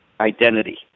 Identity